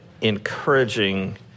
encouraging